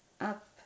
up